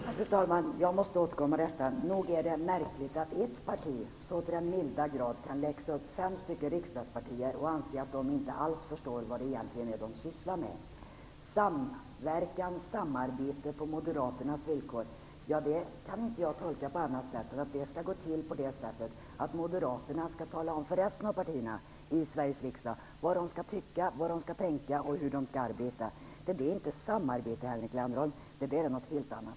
Fru talman! Jag måste återkomma till detta: Nog är det märkligt att ett parti så till den milda grad kan läxa upp fem riksdagspartier och anse att de inte alls förstår vad det egentligen är de sysslar med. Jag kan inte tolka det på annat sätt än att samverkan och samarbete på Moderaternas villkor innebär att Moderaterna skall tala om för resten av partierna i Sveriges riksdag vad de skall tycka, vad de skall tänka och hur de skall arbeta. Det är inte samarbete, Henrik Landerholm. Det är någonting helt annat.